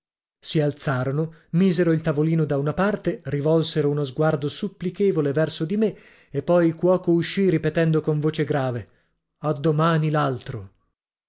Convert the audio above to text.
si alzarono misero il tavolino da una parte rivolsero uno sguardo supplichevole verso di me e poi il cuoco uscì ripetendo con voce grave a domani